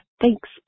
Thanks